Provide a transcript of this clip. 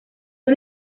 una